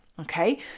okay